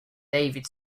david